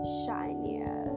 shinier